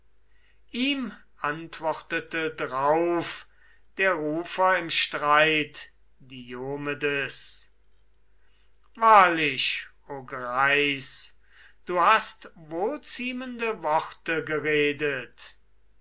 ihm antwortete drauf der gerenische reisige nestor wahrlich o freund du hast wohlziemende worte geredet